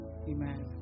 Amen